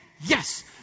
Yes